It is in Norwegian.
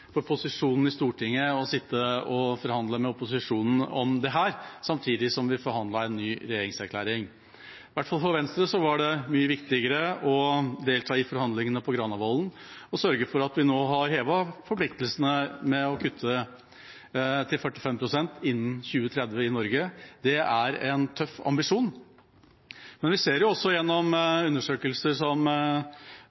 for posisjonen i Stortinget å sitte og forhandle med opposisjonen om dette samtidig som vi forhandlet om en ny regjeringserklæring. For Venstre var det i hvert fall mye viktigere å delta i forhandlingene på Granavolden og sørge for at vi nå har hevet forpliktelsene til å kutte 45 pst. innen 2030 i Norge. Det er en tøff ambisjon. Men vi ser også gjennom